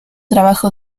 trabajo